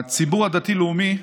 הציבור הדתי לאומי,